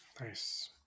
Nice